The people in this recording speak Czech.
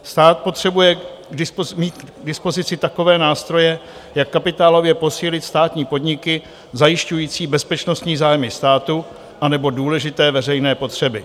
Stát potřebuje mít k dispozici takové nástroje, jak kapitálově posílit státní podniky zajišťující bezpečnostní zájmy státu anebo důležité veřejné potřeby.